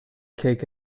cake